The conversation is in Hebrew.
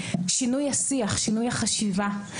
שינוי השיח ושינוי החשיבה.